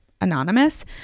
anonymous